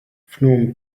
phnom